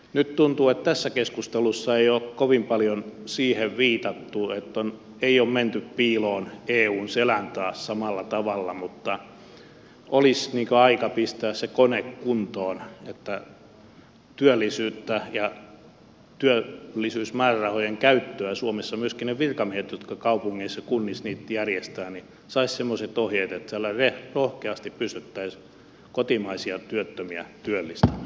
nyt tuntuu että tässä keskustelussa ei ole kovin paljon siihen viitattu ei ole menty piiloon eun selän taakse samalla tavalla mutta olisi aika pistää se kone kuntoon että myöskin ne virkamiehet jotka kaupungeissa ja kunnissa työllisyyttä ja työllisyysmäärärahojen käyttöä suomessa järjestävät saisivat semmoiset ohjeet että siellä rohkeasti pystyttäisiin kotimaisia työttömiä työllistämään